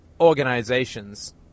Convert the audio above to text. organizations